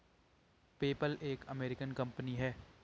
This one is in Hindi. पेपल एक अमेरिकन कंपनी है